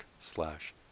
slash